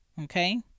okay